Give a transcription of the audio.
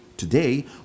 Today